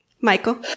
Michael